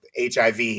HIV